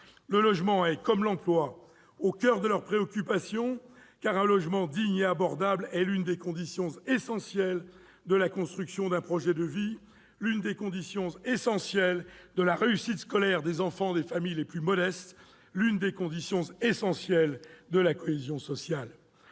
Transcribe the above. le logement est, comme l'emploi, une préoccupation centrale. De fait, un logement digne et abordable est l'une des conditions essentielles de la construction d'un projet de vie, l'une des conditions essentielles de la réussite scolaire des enfants des familles les plus modestes, l'une des conditions essentielles de la cohésion sociale.